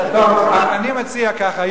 אני מציע ככה,